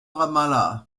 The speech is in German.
ramallah